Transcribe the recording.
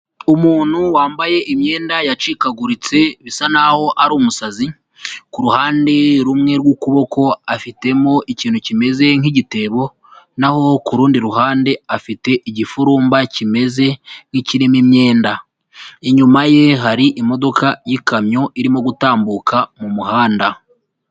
Umuntu wambaye imyenda yacikaguritse bisa n'aho ari umusazi, ku ruhande rumwe rw'ukuboko afitemo ikintu kimeze nk'igitebo, naho ku rundi ruhande afite igifurumba kimeze nk'irimo imyenda. Inyuma ye hari imodoka y'ikamyo irimo gutambuka mu muhanda.